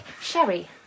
sherry